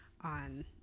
on